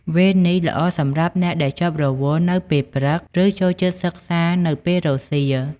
វេននេះល្អសម្រាប់អ្នកដែលជាប់រវល់នៅពេលព្រឹក ឬចូលចិត្តសិក្សានៅពេលរសៀល។